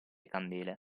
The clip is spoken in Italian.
candele